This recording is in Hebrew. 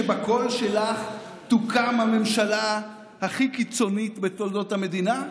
שבקול שלך תוקם הממשלה הכי קיצונית בתולדות המדינה?